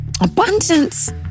Abundance